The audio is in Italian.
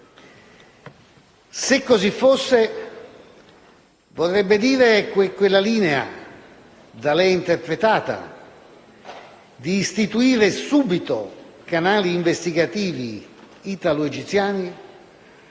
Se così fosse, vorrebbe dire che quella linea da lei interpretata di istituire subito canali investigativi italo-egiziani